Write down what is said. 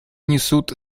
несут